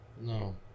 No